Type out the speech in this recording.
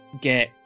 get